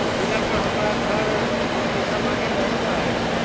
ऋण लेला पर हमरा घरे कोई पैसा मांगे नहीं न आई?